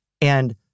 And-